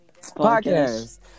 Podcast